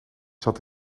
zat